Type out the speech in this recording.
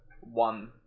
one